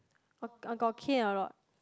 I got caned a lot